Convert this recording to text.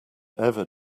ever